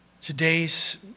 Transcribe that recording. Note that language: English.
today's